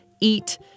eat